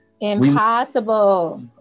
Impossible